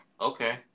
Okay